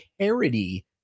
charity